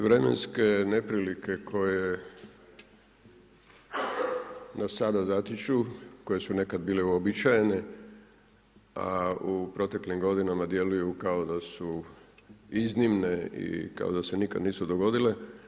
Vremenske neprilike koje nas sada zatiču, koje su nekad bile uobičajene, a u proteklim godinama djeluju kao da su iznimne i kao da se nikad nisu dogodile.